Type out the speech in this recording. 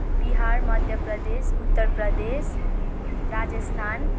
Bihar Madhya Pradesh Uttar Pradesh Rajasthan